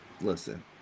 Listen